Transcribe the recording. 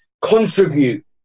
contribute